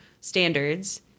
standards